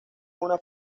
una